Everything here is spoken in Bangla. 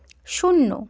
শূন্য